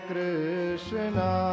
Krishna